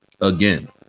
again